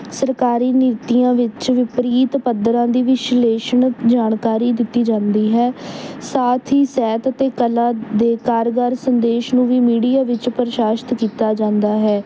ਸਰਕਾਰੀ ਨੀਤੀਆਂ ਵਿੱਚ ਵਿਪਰੀਤ ਪੱਧਰਾਂ ਦੀ ਵਿਸ਼ਲੇਸ਼ਣ ਨੂੰ ਜਾਣਕਾਰੀ ਦਿੱਤੀ ਜਾਂਦੀ ਹੈ ਸਾਥ ਹੀ ਸਹਿਤ ਅਤੇ ਕਲਾ ਦੇ ਕਾਰਗਰ ਸੰਦੇਸ਼ ਨੂੰ ਵੀ ਮੀਡੀਆ ਵਿੱਚ ਪ੍ਰਸ਼ਾਸ਼ਿਤ ਕੀਤਾ ਜਾਂਦਾ ਹੈ